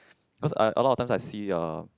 cause I a lot of times I see uh